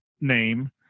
name